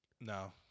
No